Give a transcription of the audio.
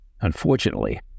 Unfortunately